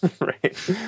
right